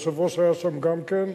היושב-ראש היה שם גם כן,